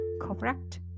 correct